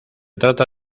trata